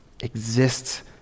exists